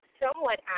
somewhat